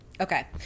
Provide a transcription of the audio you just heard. okay